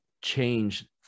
change